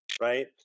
right